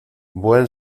buen